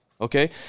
okay